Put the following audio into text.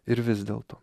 ir vis dėlto